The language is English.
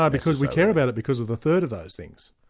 yeah because we care about it because of the third of those things,